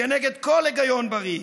כנגד כל היגיון בריא,